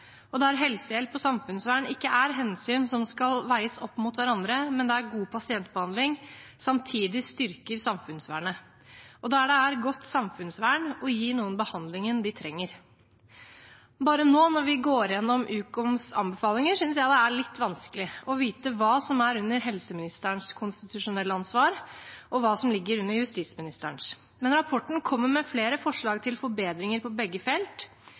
og der helsehjelp og samfunnsvern ikke er hensyn som skal veies opp mot hverandre, men der god pasientbehandling samtidig styrker samfunnsvernet, og der det er godt samfunnsvern å gi noen behandlingen de trenger. Bare nå, når vi går gjennom Ukoms anbefalinger, synes jeg det er litt vanskelig å vite hva som er under helseministerens konstitusjonelle ansvar, og hva som ligger under justisministerens. Men rapporten kommer med flere forslag til forbedringer på begge felt,